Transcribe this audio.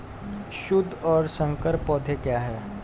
शुद्ध और संकर पौधे क्या हैं?